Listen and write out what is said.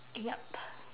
yup